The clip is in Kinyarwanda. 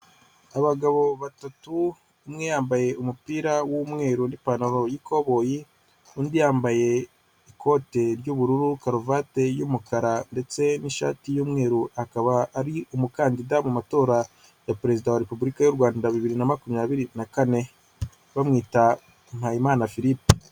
Abagabo batatu umwe yambaye umupira w'umweru n'ipantaro yikoboye, undi yambaye ikote ry'ubururu, karuvati y'umukara ndetse n'ishati y'umweru akaba ari umukandida mu matora ya perezida wa Repubulika y'u Rwanda bibiri na makumyabiri na kane bamwita Mpayimana Philippe.